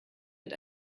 mit